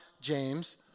James